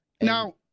now